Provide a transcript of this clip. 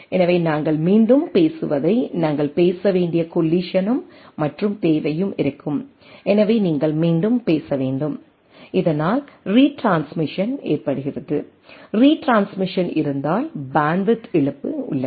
எனவே நாங்கள் மீண்டும் பேசுவதை நாங்கள் பேச வேண்டிய கொல்லிசனும் மற்றும் தேவையும் இருக்கும் எனவே நீங்கள் மீண்டும் பேச வேண்டும் இதனால் ரீட்ரான்ஸ்மிசன் ஏற்படுகிறது ரீட்ரான்ஸ்மிசன் இருந்தால் பேண்ட்வித் இழப்பு உள்ளது